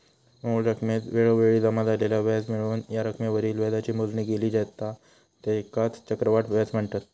मूळ रकमेत वेळोवेळी जमा झालेला व्याज मिळवून या रकमेवरील व्याजाची मोजणी केली जाता त्येकाच चक्रवाढ व्याज म्हनतत